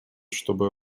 чтобы